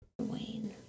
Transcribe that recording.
Wayne